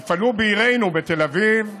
יפעלו בעירנו, בתל אביב,